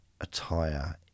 Attire